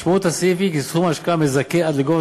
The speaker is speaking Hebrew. משמעות הסעיף היא כי סכום השקעה מזכה עד לגובה